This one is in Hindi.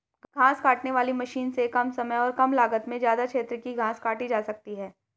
घास काटने वाली मशीन से कम समय और कम लागत में ज्यदा क्षेत्र की घास काटी जा सकती है